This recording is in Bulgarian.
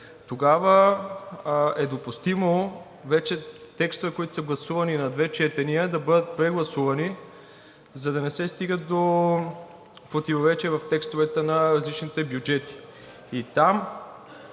тогава е допустимо вече текстове, които са гласувани на две четения, да бъдат прегласувани, за да не се стига до противоречие в текстовете на различните бюджети.